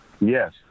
Yes